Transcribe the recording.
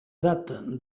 data